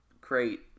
great